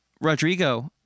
Rodrigo